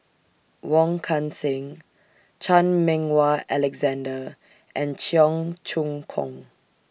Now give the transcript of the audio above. Wong Kan Seng Chan Meng Wah Alexander and Cheong Choong Kong